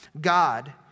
God